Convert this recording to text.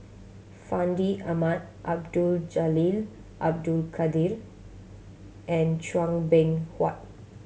Fandi Ahmad Abdul Jalil Abdul Kadir and Chua Beng Huat